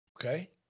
Okay